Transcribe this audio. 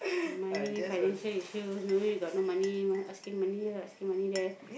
money financial issue don't worry you got no money asking money here asking money there